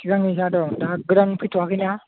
सिगांनि जा दं दा गोदान फैथ'वाखैना